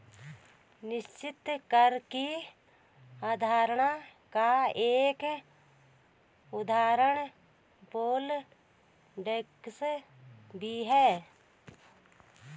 निश्चित कर की अवधारणा का एक उदाहरण पोल टैक्स भी है